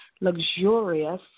luxurious